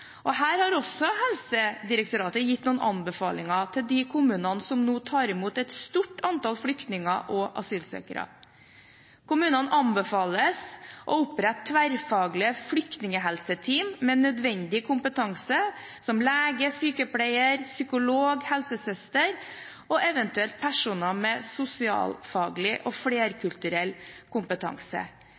Her har også Helsedirektoratet gitt noen anbefalinger til de kommunene som nå tar imot et stort antall flyktninger og asylsøkere. Kommunene anbefales å opprette tverrfaglige flyktninghelseteam med nødvendig kompetanse, som lege, sykepleier, psykolog, helsesøster og eventuelt personer med sosialfaglig og flerkulturell kompetanse.